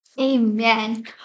Amen